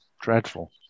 Dreadful